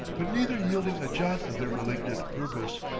but neither yielding a jot of their malignant purpose.